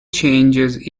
changes